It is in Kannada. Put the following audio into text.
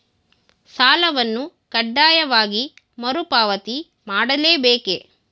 ಸಾಲವನ್ನು ಕಡ್ಡಾಯವಾಗಿ ಮರುಪಾವತಿ ಮಾಡಲೇ ಬೇಕೇ?